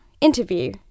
interview